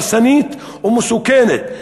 הרסנית ומסוכנת.